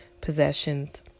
possessions